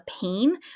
pain